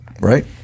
Right